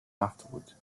afterward